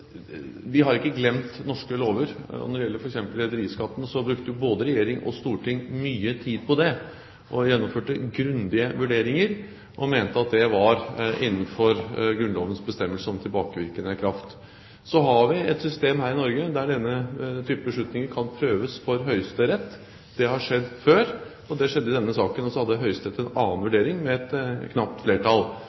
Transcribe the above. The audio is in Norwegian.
Vi har ikke glemt norske lover. Når det gjelder f.eks. rederiskatten, brukte både regjering og storting mye tid på det og gjennomførte grundige vurderinger, og mente at det var innenfor Grunnlovens bestemmelser om tilbakevirkende kraft. Vi har et system her i Norge der denne type beslutninger kan prøves for Høyesterett. Det har skjedd før, og det skjedde i denne saken. Høyesterett hadde en annen vurdering med et knapt flertall,